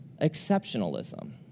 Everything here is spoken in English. exceptionalism